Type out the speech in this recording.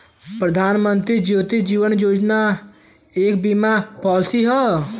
प्रधानमंत्री जीवन ज्योति बीमा योजना एक बीमा पॉलिसी हौ